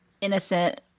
innocent